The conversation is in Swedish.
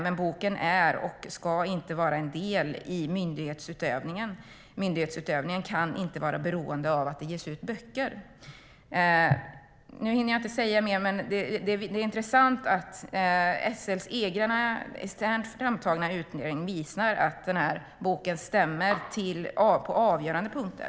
Men boken är och ska inte vara en del i myndighetsutövningen. Myndighetsutövningen kan inte vara beroende av att det ges ut böcker. Det är intressant att SL:s egen externt framtagna utredning visar att det som står i boken stämmer på avgörande punkter.